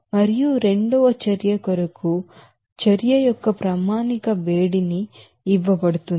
మరియు రెండవ చర్య కొరకు స్టాండ్డ్ర్డ్ హీట్ అఫ్ రియాక్షన్ మీకు ఇవ్వబడుతుంది